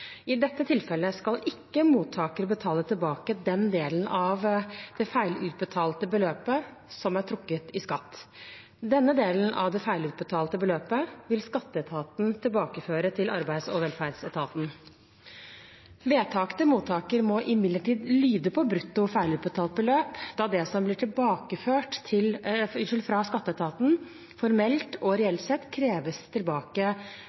I dette tilfellet skal ikke mottaker betale tilbake den delen av det feilutbetalte beløpet som er trukket i skatt. Denne delen av det feilutbetalte beløpet vil skatteetaten tilbakeføre til arbeids- og velferdsetaten. Vedtaket til mottaker må imidlertid lyde på brutto feilutbetalt beløp, da det som blir tilbakeført fra skatteetaten, formelt og reelt sett kreves tilbake